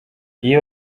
iyo